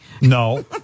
No